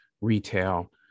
retail